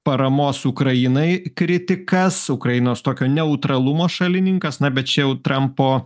paramos ukrainai kritikas ukrainos tokio neutralumo šalininkas na bet čia jau trampo